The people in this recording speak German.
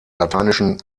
lateinischen